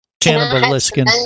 cannibalistic